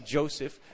Joseph